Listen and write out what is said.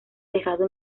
dejado